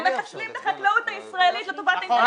הם מחסלים את החקלאות הישראלית לטובת ההתנחלויות.